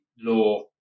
law